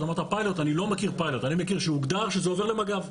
אני מכיר שהוגדר שזה עובר למג"ב.